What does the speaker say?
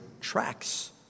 tracks